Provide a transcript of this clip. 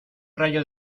rayo